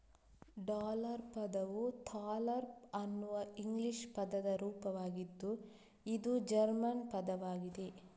dollar ಪದವು thaler ಅನ್ನುವ English ಪದದ ರೂಪವಾಗಿದ್ದು ಇದು ಜರ್ಮನ್ ಪದವಾಗಿದೆ